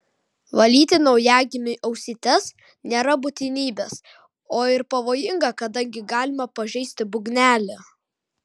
valyti naujagimiui ausytes nėra būtinybės o ir pavojinga kadangi galima pažeisti būgnelį